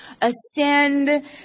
ascend